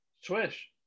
Swish